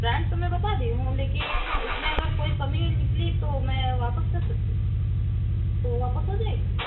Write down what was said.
bread तो मैं बता दी हूँ लेकिन उसमें अगर कोई कमी निकली तो मैं वापस कर सकती हूँ तो वापस हो जाएगी